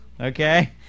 Okay